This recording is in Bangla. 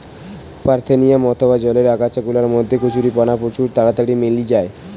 পারথেনিয়াম অথবা জলের আগাছা গুলার মধ্যে কচুরিপানা প্রচুর তাড়াতাড়ি মেলি যায়